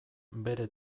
bere